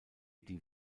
die